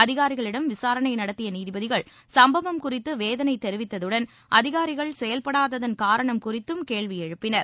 அதிகாரிகளிடம் விசாரணை நடத்திய நீதிபதிகள் சம்பவம் குறித்து வேதனை தெரிவித்ததுடன் அதிகாரிகள் செயல்படாததன் காரணம் குறித்தும் கேள்வி எழுப்பினர்